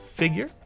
figure